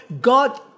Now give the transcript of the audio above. God